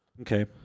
Okay